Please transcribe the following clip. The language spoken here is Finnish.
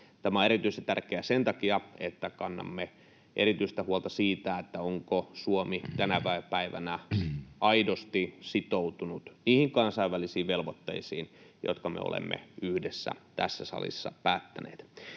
Tämä on erityisesti tärkeää sen takia, että kannamme erityistä huolta siitä, onko Suomi tänä päivänä aidosti sitoutunut niihin kansainvälisiin velvoitteisiin, jotka me olemme yhdessä tässä salissa päättäneet.